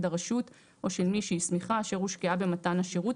הרשות או של מי שהסמיכה אשר הושקעה במתן השירות,